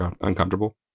uncomfortable